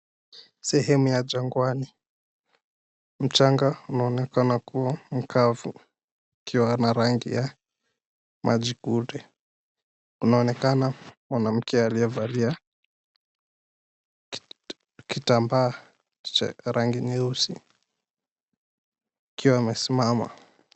Sehemu ya jangwani. Mchanga unaonekana kuwa mkavu ukiwa na rangi ya maji kunde. Kunaonekana mwanamke aliyevalia kitambaa cha rangi nyeusi akiwa amesimama.